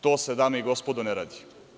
To se dame i gospodo ne radi.